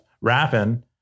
rapping